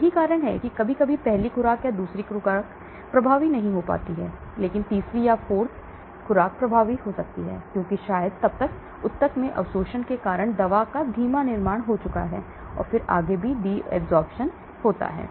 यही कारण है कि कभी कभी पहली खुराक या दूसरी खुराक प्रभावी नहीं हो सकती है लेकिन तीसरा 4th खुराक प्रभावी हो जाती है क्योंकि शायद ऊतक अवशोषण के कारण दवा का धीमा निर्माण होता है फिर आगे और भी उनींदापन होता है